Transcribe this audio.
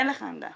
אין לך עמדה.